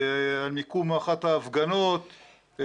מיקום אחת ההפגנות,